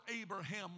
Abraham